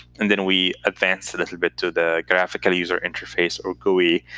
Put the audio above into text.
and then we advanced a little bit through the graphical user interface, or gui.